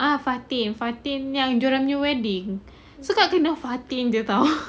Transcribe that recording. ah fatin fatin yang join dia orang punya wedding so kakak fatin jer dia tahu